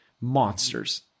monsters